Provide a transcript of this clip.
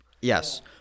Yes